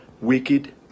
wicked